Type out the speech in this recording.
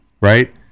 right